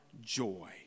joy